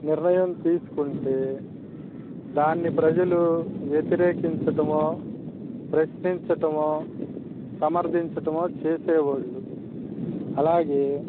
నిర్ణయం తీసుకుంటే దాన్ని ప్రజలు వ్యతిరేకించటమో ప్రశ్నించటమో సమర్థించటమో చేసేవాళ్ళు అలాగే